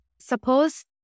suppose